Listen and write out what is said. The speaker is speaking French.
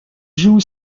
joue